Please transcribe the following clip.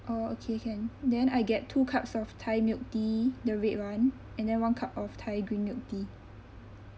oh okay can then I get two cups of thai milk tea the red one and then one cup of thai green milk tea